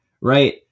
right